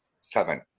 seven